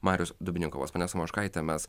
marius dubnikovas ponia samoškaite mes